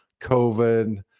COVID